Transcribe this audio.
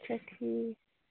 اچھا ٹھیٖکھ